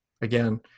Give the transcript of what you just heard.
again